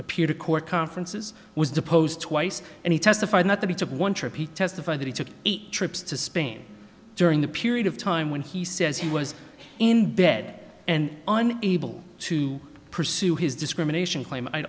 appear to court conferences was deposed twice and he testified that he took one trape testify that he took eight trips to spain during the period of time when he says he was in bed and on able to pursue his discrimination claim i